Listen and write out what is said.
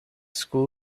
school